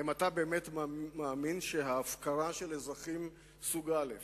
האם אתה באמת מאמין שההפקרה של אזרחים סוג א'